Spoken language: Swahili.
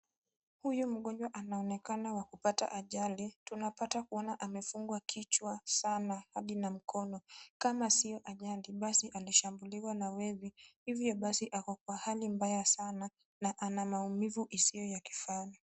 Huyu mgonjwa anaonekana wa kupata ajali tunapata kuona amefungwa kichwa sana hadi na mkono kama si ajali basi alishambuliwa na wezi hivyo basi ako kwa hali mbaya sana na Hana maumivu isiyo na kifani.